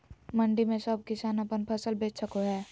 मंडी में सब किसान अपन फसल बेच सको है?